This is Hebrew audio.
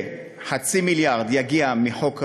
וחצי מיליארד ש"ח יגיעו מחוק המכר,